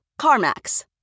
CarMax